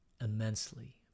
immensely